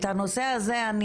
את הנושא הזה,